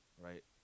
Right